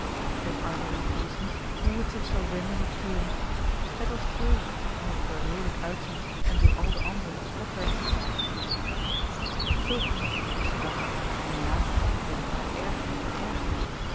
het arme eendje wist niet hoe het zich zou wenden of keeren het was treurig omdat het er leelijk uitzag en door al de anderen bespot werd zoo ging het den eersten dag en later werd het al erger en erger